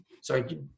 sorry